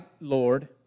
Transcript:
Lord